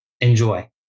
enjoy